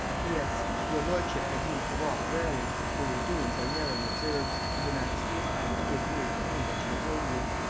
p s. your lordship had need to walk warily, for your doings are narrowly observed, and her majesty is apt to give ear to any that shall ill you.